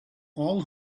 all